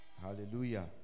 Hallelujah